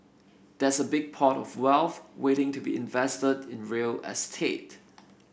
there's a big pot of wealth waiting to be invested in real estate